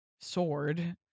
sword